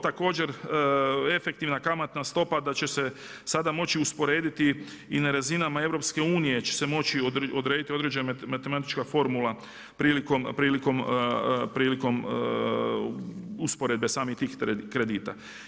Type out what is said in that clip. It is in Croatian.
Također efektivna kamatna stopa da će se sada moći usporediti i na razinama EU će se moći odrediti određena matematička formula prilikom usporedbe samih tih kredita.